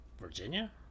Virginia